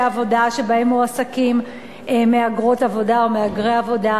העבודה שבהם מועסקים מהגרות עבודה או מהגרי עבודה,